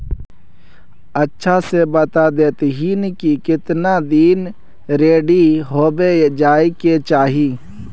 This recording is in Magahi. अच्छा से बता देतहिन की कीतना दिन रेडी होबे जाय के चही?